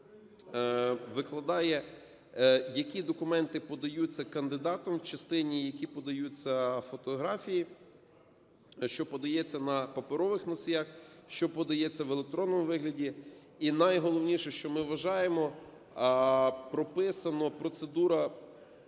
викладає, які документи подаються кандидатом в частині, які подаються фотографії; що подається на паперових носіях, що подається в електронному вигляді. І найголовніше, що, ми вважаємо, прописана процедура